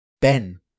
Ben